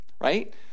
right